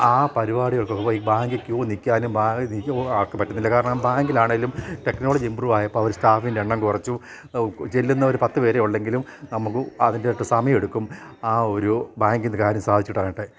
ആ പരിപാടികൾക്കായി bank queue നിൽക്കാനും എനിക്ക് പറ്റുന്നില്ല കാരണം ബാങ്കിലാണെങ്കിലും ടെക്നോളജി ഇമ്പ്രൂവ് ആയപ്പോൾ അവർ സ്റ്റാഫിൻ്റെ എണ്ണം കുറച്ചു ചെല്ലുന്ന ഒരു പത്ത് പേരെ ഉള്ളെങ്കിലും നമുക്ക് അതിൻ്റെതായിട്ട് സമയമെടുക്കും ആ ഒരു ബാങ്കിൽ നിന്ന് കാര്യം സാധിച്ചിട്ടാായിട്ടെ